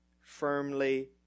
firmly